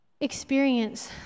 experience